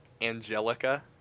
Angelica